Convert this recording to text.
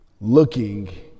Looking